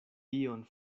dion